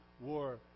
war